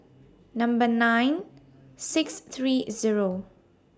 Number nine six three Zero